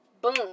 boom